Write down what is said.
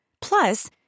Plus